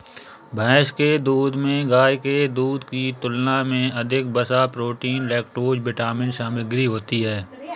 भैंस के दूध में गाय के दूध की तुलना में अधिक वसा, प्रोटीन, लैक्टोज विटामिन सामग्री होती है